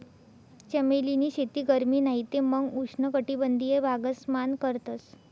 चमेली नी शेती गरमी नाही ते मंग उष्ण कटबंधिय भागस मान करतस